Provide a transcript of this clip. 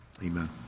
Amen